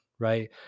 right